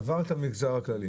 עבר את המגזר הכללי.